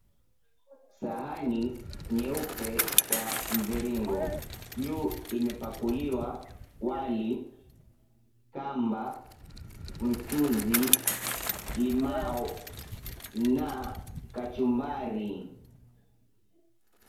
Sahani nyeupe ya mviringo, juu imepakuliwa wali, kamba, mchuzi, limau na kachumbari.